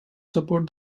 support